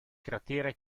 cratere